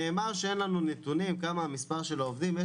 נאמר שאין לנו נתונים כמה המספר של העובדים.